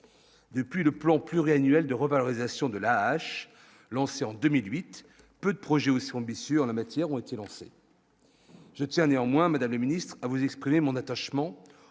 depuis le plan pluriannuel de revalorisation de la hache, lancé en 2008, peu de projets aussi ont bien sûr la matière ont été lancés, je tiens néanmoins mesdames et ministre à vous exprimer mon attachement